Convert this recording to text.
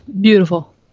beautiful